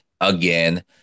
again